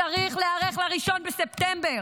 צריך להיערך ל-1 בספטמבר.